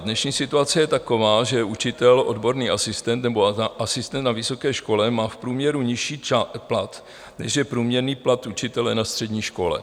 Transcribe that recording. Dnešní situace je taková, že učitel, odborný asistent nebo asistent na vysoké škole má v průměru nižší plat, než je průměrný plat učitele na střední škole.